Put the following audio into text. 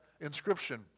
inscription